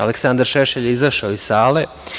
Aleksandar Šešelj je izašao iz sale.